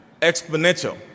Exponential